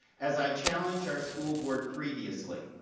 as i challenged our school board previously,